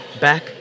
back